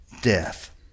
death